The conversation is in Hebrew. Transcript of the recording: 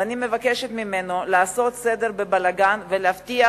ואני מבקשת ממנו לעשות סדר בבלגן ולהבטיח